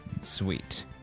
Sweet